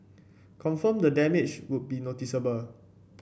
confirm the damage would be noticeable